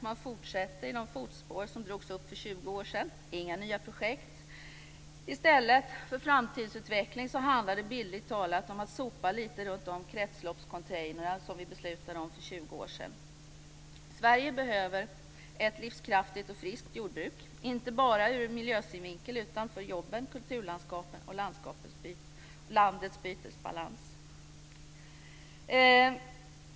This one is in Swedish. Man fortsätter i de fotspår som drogs upp för 20 år sedan. Det finns inga nya projekt. I stället för framtidsutveckling handlar det bildligt talat om att sopa lite runt de kretsloppscontainrar som vi beslutade om för 20 år sedan. Sverige behöver ett livskraftigt och friskt jordbruk, inte bara ur miljösynvinkel utan för jobben, kulturlandskapen och landets bytesbalans.